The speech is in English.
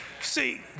See